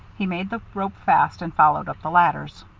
he made the rope fast and followed up the ladders.